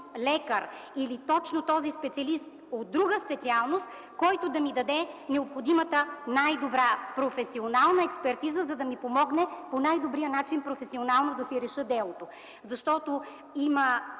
лекар или точно този специалист от друга специалност, който да ми даде необходимата най-добра професионална експертиза, за да ми помогне по най-добрия начин професионално да си реша делото? Защото има